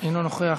אינו נוכח.